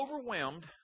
overwhelmed